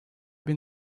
been